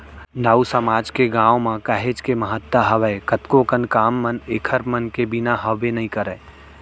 नाऊ समाज के गाँव म काहेच के महत्ता हावय कतको कन काम मन ह ऐखर मन के बिना हाबे नइ करय